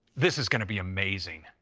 this is gonna be amazing.